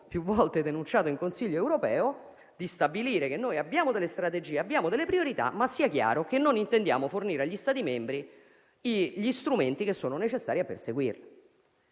più volte denunciato in Consiglio europeo, cioè stabilire che abbiamo strategie e priorità, ma sia chiaro che non intende fornire agli Stati membri gli strumenti necessari a perseguirli.